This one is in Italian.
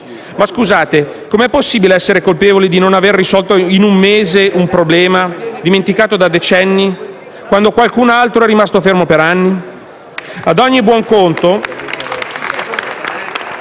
Ma scusate, com'è possibile essere colpevoli di non aver risolto in un mese un problema dimenticato da decenni, quando qualcun altro è rimasto fermo per anni? *(Applausi dal